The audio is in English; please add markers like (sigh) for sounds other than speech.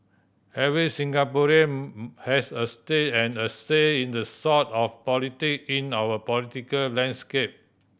every Singaporean (unintelligible) has a stake and a say in the sort of politic in our political landscape